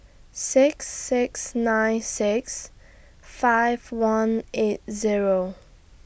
six six nine six five one eight Zero